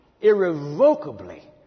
irrevocably